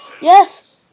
Yes